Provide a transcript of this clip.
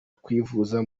kwivuza